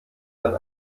dann